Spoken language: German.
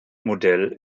modell